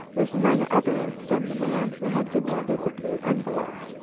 was none other than the man who had demanded the blue envelope.